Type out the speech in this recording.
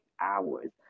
hours